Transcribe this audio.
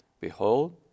Behold